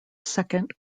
second